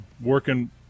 working